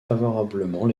favorablement